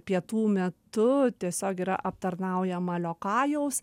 pietų metu tiesiog yra aptarnaujama liokajaus